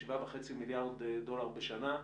7.5 מיליארד דולר בשנה,